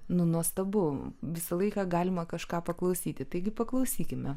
nu nuostabu visą laiką galima kažką paklausyti taigi paklausykime